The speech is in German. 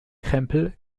krempel